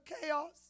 chaos